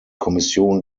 kommission